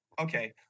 Okay